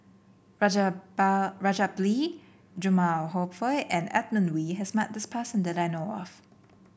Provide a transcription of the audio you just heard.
Rajabali Jumabhoy and Edmund Wee has met this person that I know of